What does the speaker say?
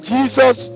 Jesus